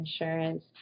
insurance